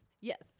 yes